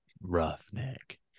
Roughneck